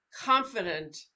confident